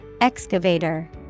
Excavator